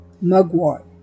mugwort